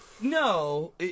No